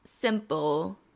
simple